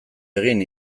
egin